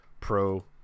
Pro